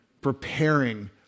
preparing